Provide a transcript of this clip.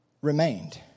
remained